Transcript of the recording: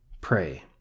Pray